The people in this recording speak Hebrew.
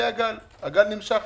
הרי הגל נמשך.